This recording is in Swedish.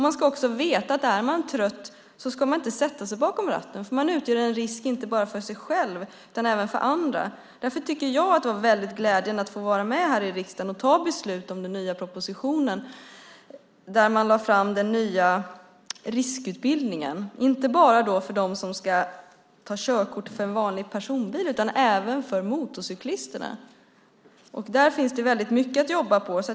Man ska också veta att om man är trött ska man inte sätta sig bakom ratten, för man utgör en risk inte bara för sig själv utan även för andra. Därför tycker jag att det var väldigt glädjande att få vara med här i riksdagen och ta beslut om den nya propositionen, där man lade fram den nya riskutbildningen. Det är inte bara för dem som ska ta körkort för en vanlig personbil utan även för motorcyklisterna. Där finns det väldigt mycket att jobba på.